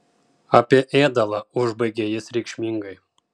apie ėdalą užbaigė jis reikšmingai